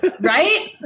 right